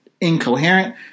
incoherent